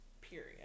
Period